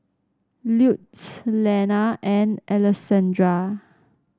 Lutes Lenna and Alessandra